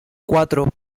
cuatro